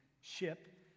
ship